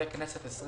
וכנסת 23